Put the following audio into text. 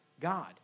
God